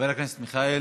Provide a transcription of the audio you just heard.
חברי כנסת נכבדים,